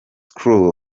crew